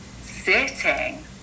sitting